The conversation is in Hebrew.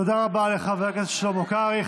תודה רבה לחבר הכנסת שלמה קרעי.